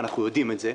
ואנחנו יודעים את זה,